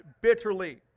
bitterly